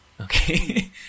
Okay